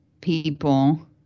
people